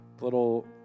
little